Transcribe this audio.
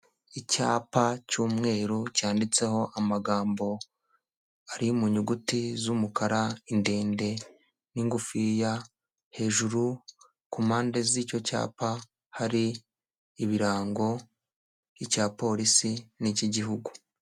Icyapa cy'umweru cyanditseho amagambo ari mu nyuguti z'umukara ndende n'ingufiya hejuru ku mpande z'icyo cyapa hari ibirango, icya polisi n'icy'igihugu.